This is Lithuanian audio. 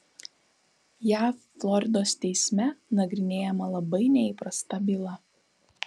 jav floridos teisme nagrinėjama labai neįprasta byla